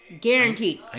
Guaranteed